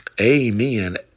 Amen